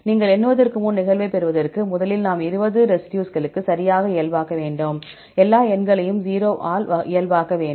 நீங்கள் எண்ணுவதற்கு முன் நிகழ்வைப் பெறுவதற்கு முதலில் நாம் 20 ரெசிடியூஸ்களை சரியாக இயல்பாக்க வேண்டும் எல்லா எண்களையும் 0 ஆக இயல்பாக்க வேண்டும்